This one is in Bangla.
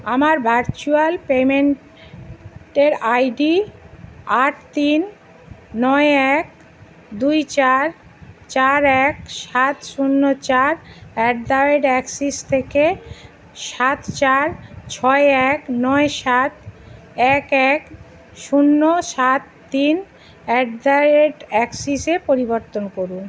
আমার ভার্চুয়াল পেইমেন্টের আই ডি আট তিন নয় এক দুই চার চার এক সাত শূন্য চার অ্যাট দ্য রেট অ্যাক্সিস থেকে সাত চার ছয় এক নয় সাত এক এক শূন্য সাত তিন অ্যাট দ্য রেট অ্যাক্সিস এ পরিবর্তন করুন